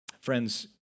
Friends